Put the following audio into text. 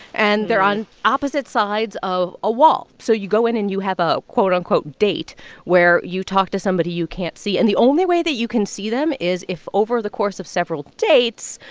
and they're on opposite sides of a wall. so you go in, and you have a, quote-unquote, date where you talk to somebody you can't see. and the only way that you can see them is if, over the course of several dates,